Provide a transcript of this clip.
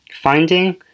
finding